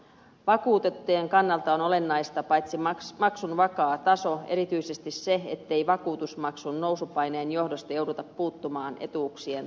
vakuutettujen kannalta on olennaista paitsi maksun vakaa taso erityisesti se ettei vakuutusmaksun nousupaineen johdosta jouduta puuttumaan etuuksien tasoon